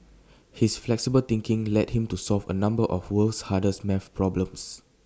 his flexible thinking led him to solve A number of the world's hardest math problems